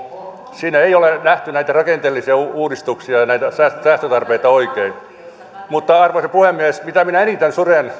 siinä ei ole nähty näitä rakenteellisia uudistuksia ja näitä säästötarpeita oikein mutta arvoisa puhemies se mitä minä eniten suren